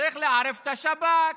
צריך לערב את השב"כ,